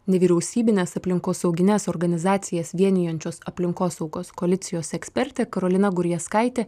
nevyriausybines aplinkosaugines organizacijas vienijančios aplinkosaugos koalicijos ekspertė karolina gurjazkaitė